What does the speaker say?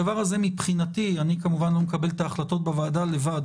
הדבר הזה מבחינתי אני כמובן לא מקבל את ההחלטות בוועדה לבד